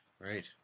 Right